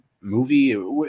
movie